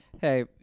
Hey